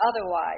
otherwise